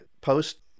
post